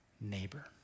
neighbor